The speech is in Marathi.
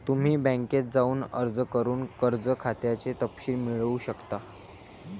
तुम्ही बँकेत जाऊन अर्ज करून कर्ज खात्याचे तपशील मिळवू शकता